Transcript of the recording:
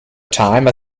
time